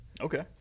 Okay